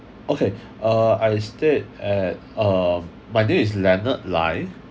okay uh I stayed at uh my name is leonard Lai